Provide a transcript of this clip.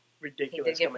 ridiculous